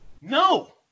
No